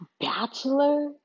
Bachelor